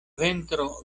ventro